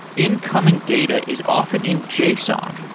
incoming data is often in json,